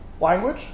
language